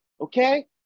okay